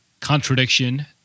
contradiction